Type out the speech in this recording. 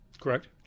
correct